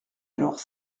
alors